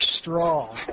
straw